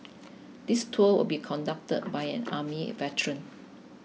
this tour will be conducted by an army veteran